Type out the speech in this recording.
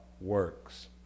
works